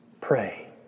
pray